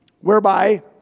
Whereby